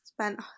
spent